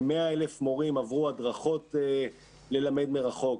כ-100,000 מורים עברו הדרכות ללמד מרחוק.